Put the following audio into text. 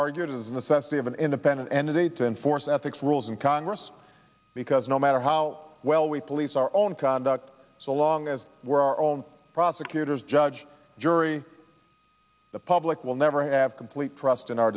argued is a necessity of an independent entity to enforce ethics rules in congress because no matter how well we police our own conduct so long as we're our own prosecutors judge jury the public will never have complete trust in our